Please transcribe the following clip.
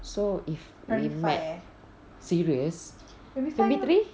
so if we met serious primary three